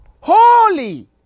holy